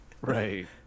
right